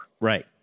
Right